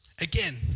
Again